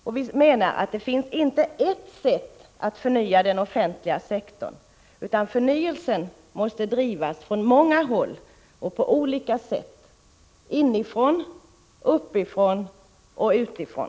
Och vi menar att det inte finns bara ett sätt att förnya den offentliga sektorn, utan förnyelsen måste drivas från många håll och på olika sätt, inifrån, uppifrån och utifrån.